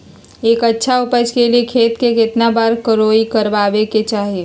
एक अच्छा उपज के लिए खेत के केतना बार कओराई करबआबे के चाहि?